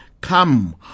Come